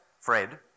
Fred